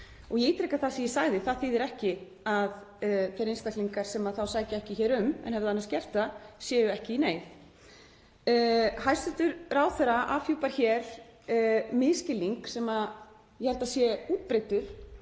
Ég ítreka það sem ég sagði: Það þýðir ekki að þeir einstaklingar sem þá sækja ekki hér um en hefðu annars gert það séu ekki í neyð. Hæstv. ráðherra afhjúpar hér misskilning sem ég held að sé útbreiddur